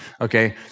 Okay